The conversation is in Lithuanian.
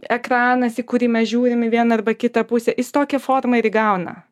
ekranas į kurį mes žiūrim į vieną arba kitą pusę jis tokią formą ir gauna